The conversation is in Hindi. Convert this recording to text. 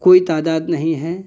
कोई तादात नहीं हैं